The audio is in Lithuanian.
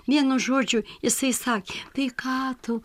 vienu žodžiu jisai sakė tai ką tu